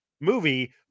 movie